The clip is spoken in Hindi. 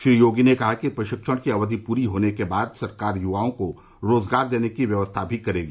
श्री योगी ने कहा कि प्रशिक्षण की अवधि पूरी होने के बाद सरकार युवाओं को रोजगार देने की व्यवस्था भी करेगी